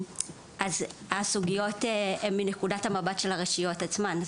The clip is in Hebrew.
חשוב להדגיש שהסוגיות הן מנקודת המבט של הרשויות עצמן.